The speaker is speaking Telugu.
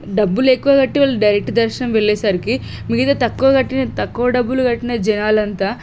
డబ్బులు ఎక్కువ కట్టి వాళ్ళు డైరెక్ట్ దర్శనం వెళ్ళేసరికి మిగతా తక్కువ కట్టిన తక్కువ డబ్బులు కట్టిన జనాలు అంతా